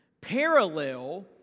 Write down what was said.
parallel